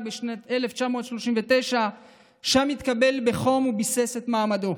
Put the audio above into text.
בשנת 1939. שם הוא התקבל בחום וביסס את מעמדו.